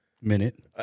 minute